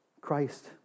Christ